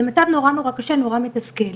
זה מצב מאוד קשה ומאוד מתסכל.